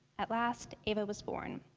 at last, eva was born.